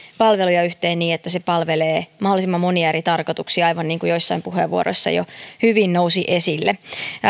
palveluja yhteen niin että se palvelee mahdollisimman monia eri tarkoituksia aivan niin kuin joissain puheenvuoroissa jo hyvin nousi esille